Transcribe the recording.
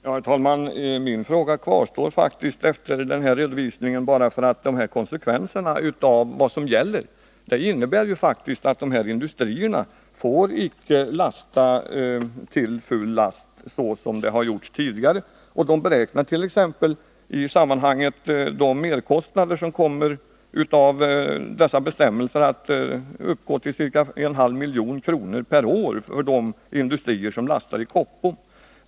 Herr talman! Min fråga kvarstår faktiskt efter den här redovisningen. Konsekvenserna av vad som gäller är ju att de här industrierna inte får lasta till full last, såsom det har gjorts tidigare. Man beräknar t.ex. att de merkostnader som uppstår på grund av dessa bestämmelser uppgår till ca en halv miljon kronor per år för de industrier som lastar i Koppom.